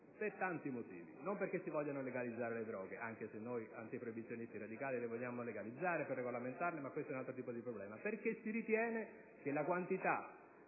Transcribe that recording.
per tanti motivi, e non perché si vogliano legalizzare le droghe (anche se noi, antiproibizionisti radicali, le vogliamo legalizzare per regolamentarle: ma questo è un altro tipo di problema), ma perché si ritiene che la quantità